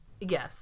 Yes